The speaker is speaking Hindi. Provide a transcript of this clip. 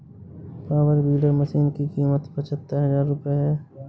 पावर वीडर मशीन की कीमत पचहत्तर हजार रूपये है